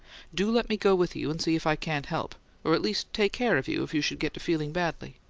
do let me go with you and see if i can't help or at least take care of you if you should get to feeling badly.